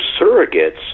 surrogates